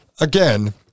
again